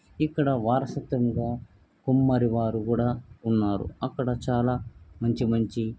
ఇక్కడ వారసత్వంగా కుమ్మరి వారు కూడా ఉన్నారు అక్కడ చాలా మంచి మంచి